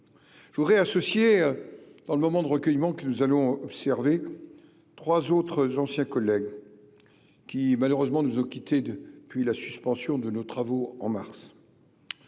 Je voudrais associer au moment de recueillement que nous allons observer trois autres anciens collègues qui, malheureusement, nous ont quittés depuis la suspension de nos travaux en mars